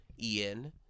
Ian